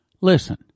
Listen